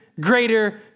greater